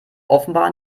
offenbar